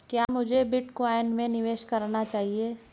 क्या मुझे बिटकॉइन में निवेश करना चाहिए?